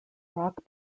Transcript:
rock